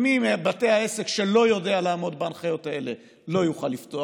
מי מבתי העסק שלא יודע לעמוד בהנחיות האלה לא יוכל לפתוח,